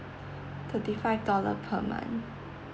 thirty five dollar per month